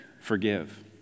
forgive